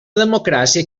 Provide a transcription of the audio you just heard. democràcia